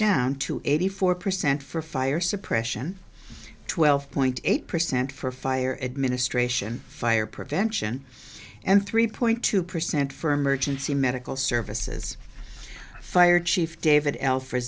down to eighty four percent for fire suppression twelve point eight percent for fire administration fire prevention and three point two percent for emergency medical services fire chief david l